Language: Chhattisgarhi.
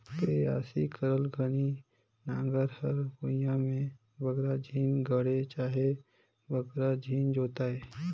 बियासी करत घनी नांगर हर भुईया मे बगरा झिन गड़े चहे बगरा झिन जोताए